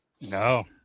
No